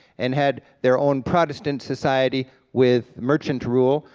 and had their own protestant society with merchant rule,